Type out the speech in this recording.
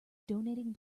donating